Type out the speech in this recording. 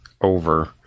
over